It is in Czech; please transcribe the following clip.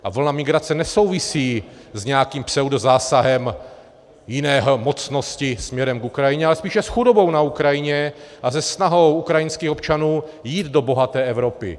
A vlna migrace nesouvisí s nějakým pseudozásahem jiné mocnosti směrem k Ukrajině, ale spíše s chudobou na Ukrajině a se snahou ukrajinských občanů jít do bohaté Evropy.